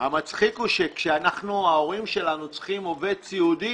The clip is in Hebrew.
המצחיק הוא שכאשר ההורים שלנו צריכים עובד סיעודי,